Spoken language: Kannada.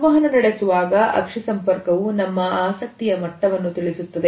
ಸಂವಹನ ನಡೆಸುವಾಗ ಅಕ್ಷಿ ಸಂಪರ್ಕವು ನಮ್ಮ ಆಸಕ್ತಿಯ ಮಟ್ಟವನ್ನು ತಿಳಿಸುತ್ತದೆ